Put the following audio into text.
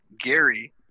Gary